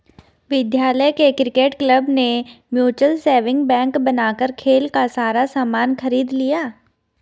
विद्यालय के cricket club ने म्यूचल सेविंग बैंक बनाकर खेल का सारा सामान खरीद लिया